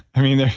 i mean,